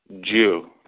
Jew